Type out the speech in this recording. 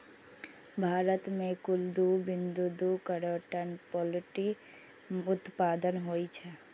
भारत मे कुल दू बिंदु दू करोड़ टन पोल्ट्री उत्पादन होइ छै